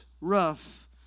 rough